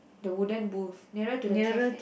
the wooden booth nearer to the cafe